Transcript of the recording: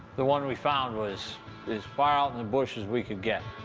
the one we found was as far out in the bush as we could get.